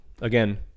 again